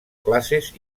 classes